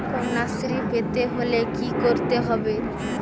কন্যাশ্রী পেতে হলে কি করতে হবে?